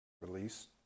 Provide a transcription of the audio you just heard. Release